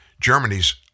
Germany's